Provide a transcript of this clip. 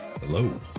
Hello